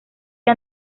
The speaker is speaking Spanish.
que